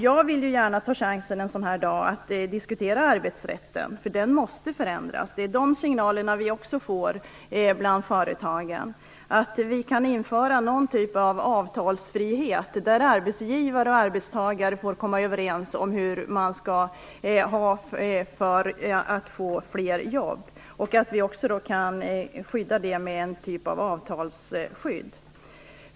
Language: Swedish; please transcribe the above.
Jag vill en sådan här dag gärna ta chansen att diskutera arbetsrätten, för den måste förändras. Också vi får signaler om detta från företagen. Man kunde kanske införa någon typ av avtalsfrihet, där arbetsgivare och arbetstagare får komma överens om hur man skall ha det för att få fler jobb. Man skulle också kunna ge någon typ av avtalsskydd för detta.